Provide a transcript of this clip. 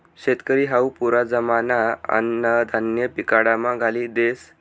शेतकरी हावू पुरा जमाना अन्नधान्य पिकाडामा घाली देस